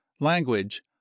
language